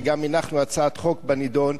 וגם הנחנו הצעת חוק בנדון,